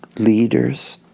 leaders,